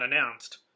unannounced